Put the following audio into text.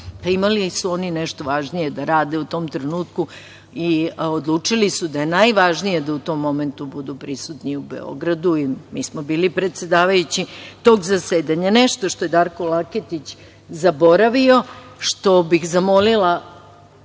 imali su oni nešto važnije da rade u tom trenutku i odlučili su da je najvažnije da u tom momentu budu prisutni u Beogradu i mi smo bili predsedavajući tog zasedanja. Nešto što je Darko Laketić zaboravio, što bih zamolila